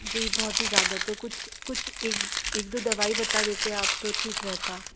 जी बहुत ही ज़्यादा तो कुछ कुछ एक एक दो दवाई बता देते आप तो ठीक रहता